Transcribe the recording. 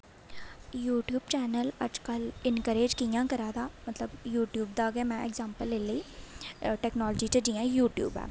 YouTube channel अज्ज कल इनकर्ज कि'यां करा दा मतलब यूट्यूब दा गै में अग़्जैंपल लेई लेई टैकनालजी च जियां यूट्यूब ऐ